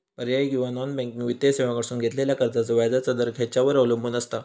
पर्यायी किंवा non banking वित्तीय सेवांकडसून घेतलेल्या कर्जाचो व्याजाचा दर खेच्यार अवलंबून आसता?